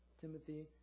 Timothy